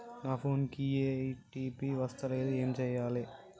నా ఫోన్ కి ఓ.టీ.పి వస్తలేదు ఏం చేయాలే?